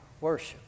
worship